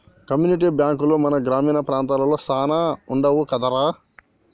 community బాంకులు మన గ్రామీణ ప్రాంతాలలో సాన వుండవు కదరా